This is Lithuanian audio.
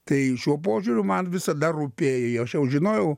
tai šiuo požiūriu man visada rūpėjo aš jau žinojau